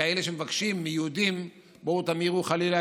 כאלה שמבקשים מיהודים: בואו תמירו חלילה